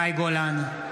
מאי גולן,